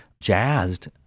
jazzed